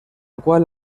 cual